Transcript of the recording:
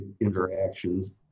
interactions